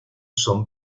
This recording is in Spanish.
son